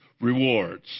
rewards